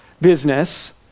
business